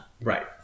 Right